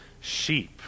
sheep